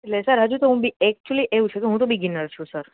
એટલે સર હજુ તો હું ભી એક્ચુઅલ્લી એવું છે કે હું તો બિગિનર છું સર